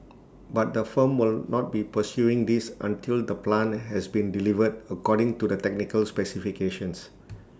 but the firm will not be pursuing this until the plant has been delivered according to the technical specifications